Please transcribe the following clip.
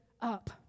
up